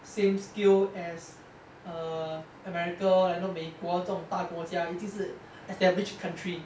same skill as err america like you know 美国这种大国家已经是 established country